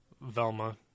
Velma